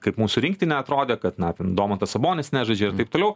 kaip mūsų rinktinė atrodė kad na ten domantas sabonis nežaidžia ir taip toliau